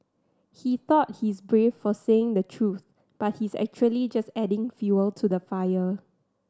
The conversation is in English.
he thought he's brave for saying the truth but he's actually just adding fuel to the fire